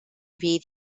fydd